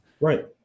Right